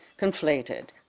conflated